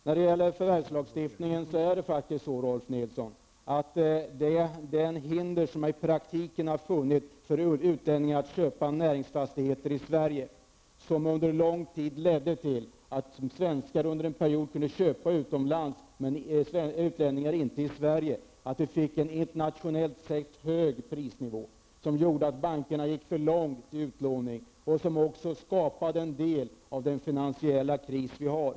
När det gäller förvärvslagstiftningen är det faktiskt så, Rolf L Nilson, att de hinder som i praktiken har funnits för utlänningar att köpa näringsfastigheter i Sverige och som under lång tid ledde till att svenskar kunde köpa utomlands medan utlänningar inte fick köpa i Sverige, har medfört att vi fått en internationellt sett hög prisnivå. Det gjorde att bankerna gick för långt i utlåning och det skapade också en del av den finansiella kris som vi nu har.